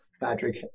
Patrick